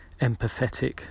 empathetic